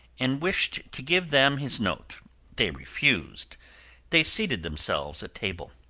and wished to give them his note they refused they seated themselves at table.